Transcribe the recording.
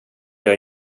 jag